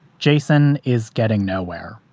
jason is getting nowhere,